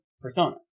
persona